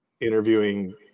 interviewing